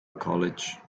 college